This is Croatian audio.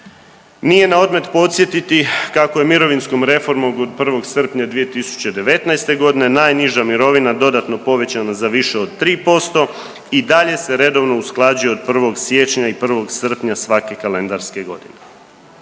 Nije na odmet podsjetiti kako je mirovinskom reformom od 1. srpnja 2019.g. najniža mirovina dodatno povećana za više od 3% i dalje se redovno usklađuje od 1. siječnja i 1. srpnja svake kalendarske godine.